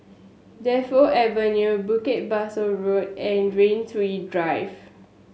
Defu Avenue Bukit Pasoh Road and Rain Tree Drive